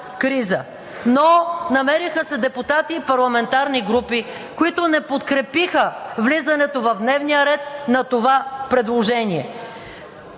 Но намериха се депутати и парламентарни групи, които не подкрепиха влизането в дневния ред на това предложение.